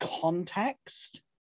context